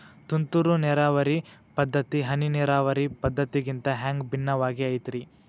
ತುಂತುರು ನೇರಾವರಿ ಪದ್ಧತಿ, ಹನಿ ನೇರಾವರಿ ಪದ್ಧತಿಗಿಂತ ಹ್ಯಾಂಗ ಭಿನ್ನವಾಗಿ ಐತ್ರಿ?